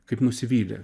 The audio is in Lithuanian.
kaip nusivylė